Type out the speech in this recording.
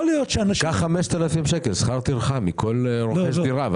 יכול להיות- -- קח 5,000 שקל שכר טרחה מכל רוכש דירה,